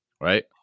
Right